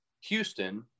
Houston